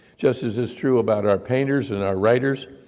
just as is true about our painters and our writers.